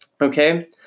Okay